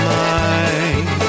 mind